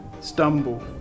stumble